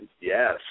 Yes